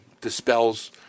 dispels